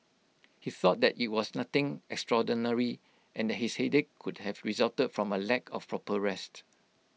he thought that IT was nothing extraordinary and his headache could have resulted from A lack of proper rest